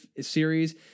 series